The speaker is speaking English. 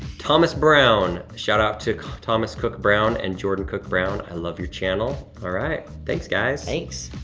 thomas brown, shout-out to thomas cook-brown and jordan cook-brown. i love your channel. all right, thanks, guys. thanks.